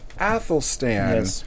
Athelstan